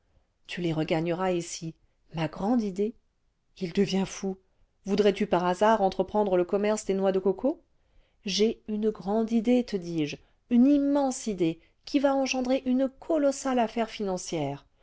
tu les regagneras ici ma grande idée h devient fou voudraistu voudraistu hasard entreprendre le commerce des noix de coco j'ai une grande idée te dis-je une immense idée qui va engendrer une colossale affaire financière